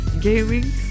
gaming